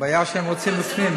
הבעיה היא שהם רוצים בפנים.